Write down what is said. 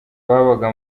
twabaga